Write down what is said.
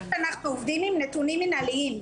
אנחנו עובדים עם נתונים מנהליים.